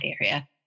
area